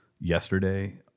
yesterday